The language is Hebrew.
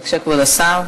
בבקשה, כבוד השר.